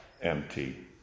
empty